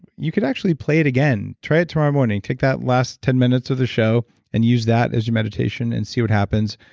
you can actually play it again. try it tomorrow morning take that last ten minutes of the show and use that as your meditation and see what happens.